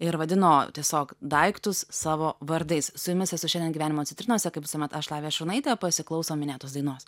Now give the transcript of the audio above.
ir vadino tiesiog daiktus savo vardais su jumis esu šiandien gyvenimo citrinose kaip visuomet aš lavija šurnaitė pasiklausom minėtos dainos